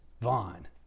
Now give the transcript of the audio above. Vaughn